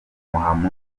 mohamed